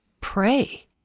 pray